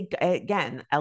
again